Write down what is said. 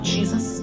Jesus